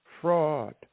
fraud